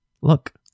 Look